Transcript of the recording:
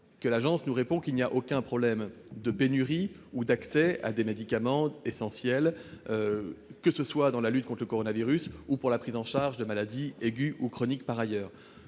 l'agence nous assure qu'il n'y a aucun problème de pénurie ou d'accès à des médicaments essentiels, que ce soit dans la lutte contre le coronavirus ou pour la prise en charge de maladies aiguës ou chroniques. Cela